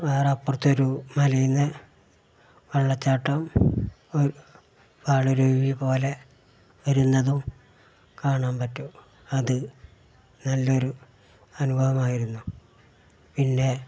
വെറപ്പുറത്തൊരു നല്ല വെള്ളച്ചാട്ടം ഒ പാലരുവി പോലെ വെരുന്നതും കാണാൻപറ്റും അത് നല്ലൊരു അനുഭവമായിരുന്നു പിന്നെ